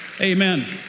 Amen